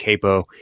capo